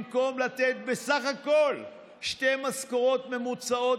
במקום לתת בסך הכול שתי משכורות ממוצעות